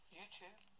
YouTube